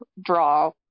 draw